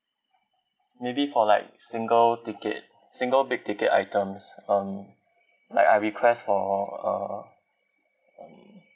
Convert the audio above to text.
maybe for like single ticket single big ticket items um like I request for uh um